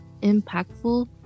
impactful